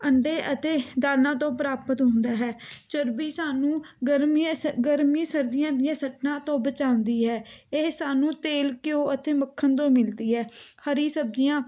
ਅੰਡੇ ਅਤੇ ਦਾਲਾਂ ਤੋਂ ਪ੍ਰਾਪਤ ਹੁੰਦਾ ਹੈ ਚਰਬੀ ਸਾਨੂੰ ਗਰਮੀਆਂ ਸ ਗਰਮੀ ਸਰਦੀਆਂ ਦੀਆਂ ਸੱਟਾਂ ਤੋਂ ਬਚਾਉਂਦੀ ਹੈ ਇਹ ਸਾਨੂੰ ਤੇਲ ਘਿਓ ਅਤੇ ਮੱਖਣ ਤੋਂ ਮਿਲਦੀ ਹੈ ਹਰੀ ਸਬਜ਼ੀਆਂ